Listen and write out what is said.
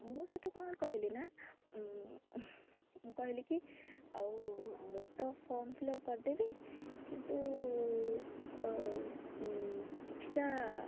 ମୁଁ ସେଠୁ କ'ଣ କହିଲି ନା ମୁଁ କହିଲି କି ଆଉ ମୁଁ ତ ଫର୍ମ ଫିଲ୍ଅପ୍ କରିଦେବି କିନ୍ତୁ କିଛି ଟା